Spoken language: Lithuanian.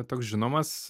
toks žinomas